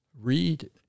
read